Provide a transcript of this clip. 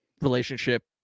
relationship